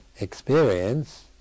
experience